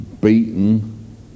beaten